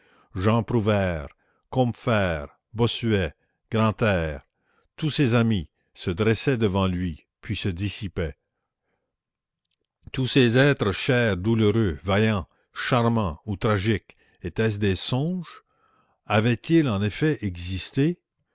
jean prouvaire combeferre bossuet grantaire tous ses amis se dressaient devant lui puis se dissipaient tous ces êtres chers douloureux vaillants charmants ou tragiques étaient-ce des songes avaient-ils en effet existé